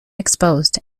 exposed